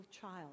child